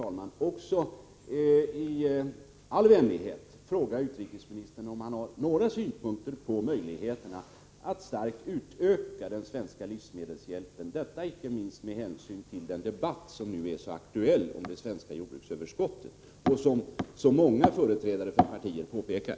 Får jag vidare, fru talman, i all vänlighet också fråga utrikesministern om han har några synpunkter på möjligheterna att starkt utöka den svenska livsmedelshjälpen, icke minst med hänsyn till den nu så aktuella debatten om det svenska jordbruksöverskottet.